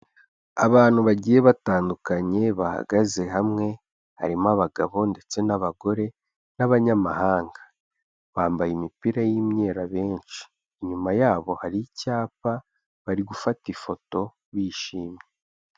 Abantu bagiye batandukanye bahagaze hamwe, harimo abagabo ndetse n'abagore n'abanyamahanga, bambaye imipira y'imyeru abenshi, inyuma yabo hari icyapa bari gufata ifoto bishimye.